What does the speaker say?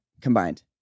combined